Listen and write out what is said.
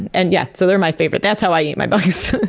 and yeah so they're my favorite. that's how i eat my bugs.